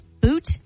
Boot